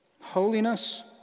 Holiness